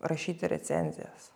rašyti recenzijas